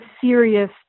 serious